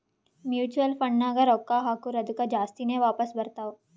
mutual ಫಂಡ್ನಾಗ್ ರೊಕ್ಕಾ ಹಾಕುರ್ ಅದ್ದುಕ ಜಾಸ್ತಿನೇ ವಾಪಾಸ್ ಬರ್ತಾವ್